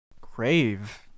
crave